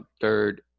Third